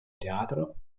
teatro